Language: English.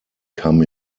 come